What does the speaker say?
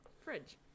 fridge